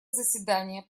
заседание